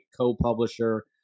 co-publisher